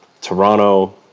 Toronto